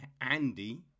Andy